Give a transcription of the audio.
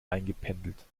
eingependelt